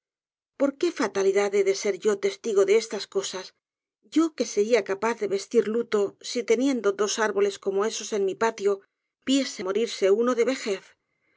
por qué fatalidad he de ser yo testigo de estas cosas yo que sería capaz de vestir luto si teniendo dos árboles como esos en mi patio viese morirse uno de vejez